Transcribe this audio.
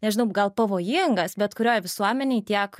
nežinau gal pavojingas bet kurioj visuomenėj tiek